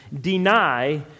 deny